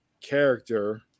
character